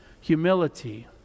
humility